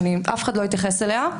שאף אחד לא התייחס אליה,